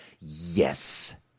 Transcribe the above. Yes